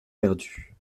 perdu